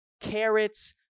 carrots